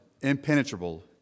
impenetrable